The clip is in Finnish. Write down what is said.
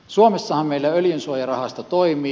suomessahan meillä öljynsuojarahasto toimii